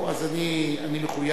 אז אני מחויב,